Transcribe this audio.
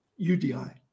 UDI